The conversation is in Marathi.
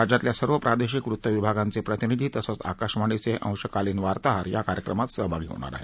राज्यातल्या सर्व प्रादेशिक वृत्त विभागांचे प्रतिनिधी तसंच आकाशवाणीचे अंशकालीन वार्ताहर या कार्यक्रमात सहभागी होणार आहेत